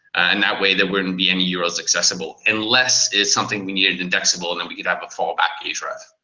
and that way there wouldn't be any urls accessible, unless it's something we needed indexable and then we could have a fall back href.